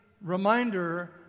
reminder